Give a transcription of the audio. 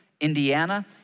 Indiana